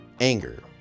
anger